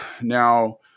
now